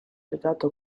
legato